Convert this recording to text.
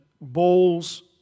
bowls